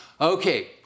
Okay